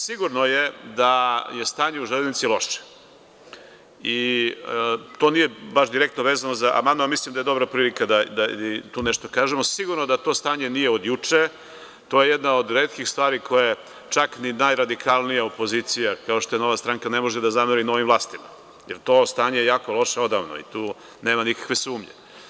Sigurno je da je stanje u „Železnici“ loše i to nije baš direktno vezano za amandman, mislim da je dobra prilika da i tu nešto kažemo, sigurno da to stanje nije od juče, to je jedna od retkih stvari koju čak ni najradikalnija opozicija kao što je Nova stranka ne može da zameri novim vlastima, jer to stanje je jako loše odavno i tu nema nikakve sumnje.